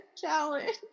challenge